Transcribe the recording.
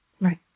Right